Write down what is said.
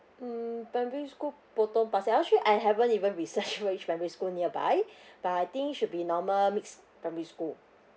mm primary school potong pasir uh actually I haven't even research which primary school nearby but I think should be normal mixed primary school